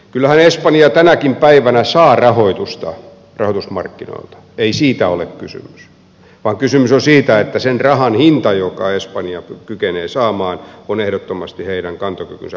kyllähän espanja tänäkin päivänä saa rahoitusta rahoitusmarkkinoilta ei siitä ole kysymys vaan kysymys on siitä että sen rahan hinta jonka espanjan kykenee saamaan on ehdottomasti heidän kantokykynsä ulottumattomissa